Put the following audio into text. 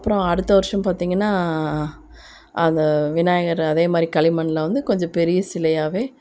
அப்றம் அடுத்த வருஷம் பார்த்திங்கன்னா அந்த விநாயகர் அதேமாதிரி களிமண்ணில் வந்து கொஞ்சம் பெரிய சிலையாகவே